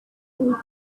would